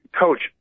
Coach